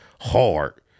hard